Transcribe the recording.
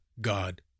God